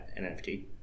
NFT